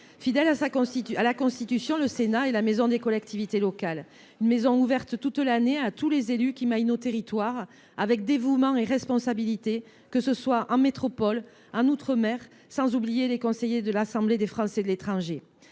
Fidèle à la Constitution, le Sénat est la maison des collectivités locales, une maison ouverte toute l’année à tous les élus qui maillent nos territoires, avec dévouement et responsabilité, que ce soit en métropole, en outre mer, mais aussi aux conseillers de l’Assemblée des Français de l’étranger,